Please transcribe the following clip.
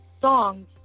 songs